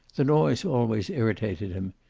the noise always irritated him.